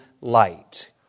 light